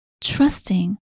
trusting